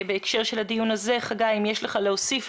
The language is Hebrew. אם יש לך מה להוסיף,